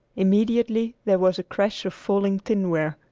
immediately there was a crash of falling tinware.